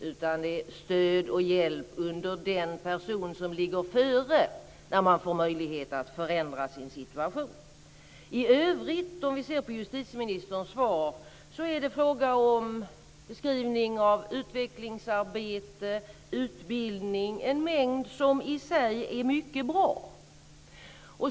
Det är stöd och hjälp innan man får möjlighet att förändra sin situation. Om vi i övrigt ser på justitieministerns svar är det fråga om en beskrivning av bl.a. utvecklingsarbete och utbildning; en mängd åtgärder som i sig är mycket bra.